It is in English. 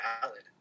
valid